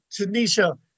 tanisha